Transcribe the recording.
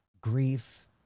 grief